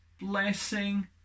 blessing